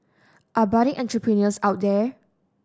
are budding entrepreneurs out there